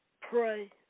pray